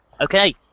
Okay